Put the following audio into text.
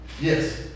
Yes